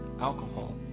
alcohol